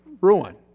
ruin